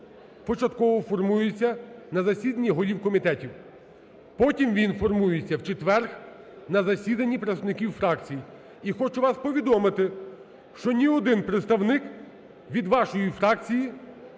початково формується на засіданні голів комітетів. Потім він формується в четвер на засіданні представників фракцій. І хочу вас повідомити, що ні один представник від вашої фракції